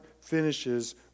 finishes